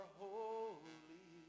holy